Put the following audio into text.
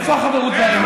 איפה החברות בינינו?